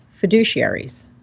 fiduciaries